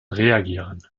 reagieren